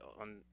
on